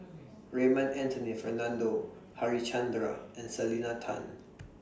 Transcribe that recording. Raymond Anthony Fernando Harichandra and Selena Tan